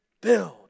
build